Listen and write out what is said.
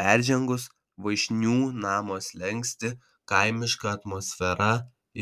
peržengus voišnių namo slenkstį kaimiška atmosfera